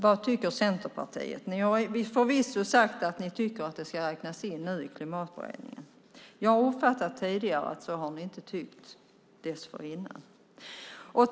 Vad tycker Centerpartiet? Ni har förvisso i Klimatberedningen sagt att ni tycker att det ska räknas in, men jag har tidigare uppfattat att ni inte har tyckt så.